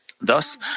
Thus